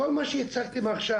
את כל מה שהצגתם עכשיו,